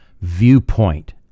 viewpoint